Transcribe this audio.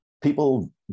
people